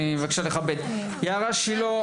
יערה שילה,